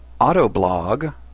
Autoblog